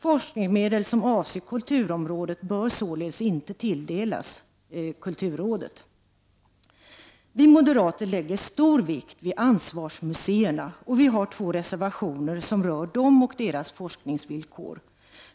Forskningsmedel som avser kulturområdet bör således inte tilldelas kulturrådet. Vi moderater lägger stor vikt vid ansvarsmuseerna och vi har två reservationer som rör dem och deras forskningsvillkor.